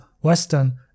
western